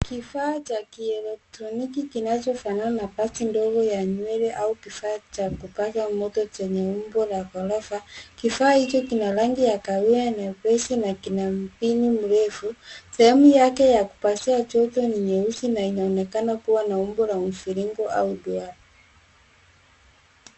Kifaa cha kielektroniki kinachofanana na pasi ndogo ya nywele au kifaa cha kupasha moto chenye umbo la ghorofa. Kifaa hicho kina rangi ya kahawia nyepesi na kina mvinu mrefu. Sehemu yake ya kupashia chupa ni nyeusi na inaonekana kuwa na umbo wa mvirongo au duara.